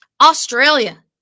Australia